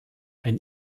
ein